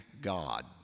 God